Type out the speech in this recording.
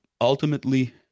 Ultimately